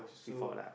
before lah